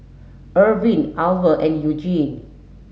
Irvine Alver and Eugene